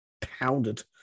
pounded